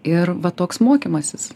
ir va toks mokymasis